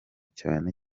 cyane